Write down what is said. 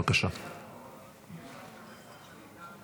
ובמוזיאונים בצפון בעקבות מלחמת חרבות